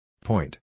Point